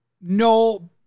No